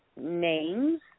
names